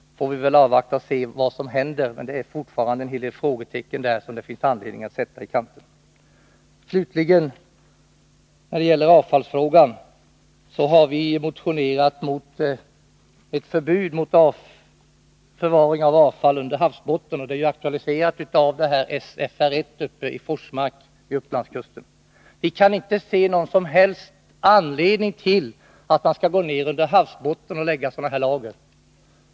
Det finns fortfarande anledning att sätta en hel del frågetecken i kanten. När det slutligen gäller avfallsfrågan har vi i en motion föreslagit ett förbud mot förvaring av avfall under havsbotten. Det är aktualiserat av SFR I i Forsmark vid Upplandskusten. Vi kan inte se någon som helst anledning till att man skall förlägga sådana här lager under havsbotten.